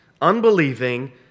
unbelieving